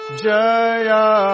jaya